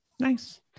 Nice